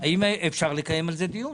האם אפשר לקיים על זה דיון.